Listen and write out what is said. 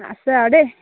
আছে আৰু দে